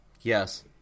Yes